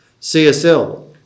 CSL